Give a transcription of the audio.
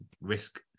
risk